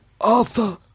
Arthur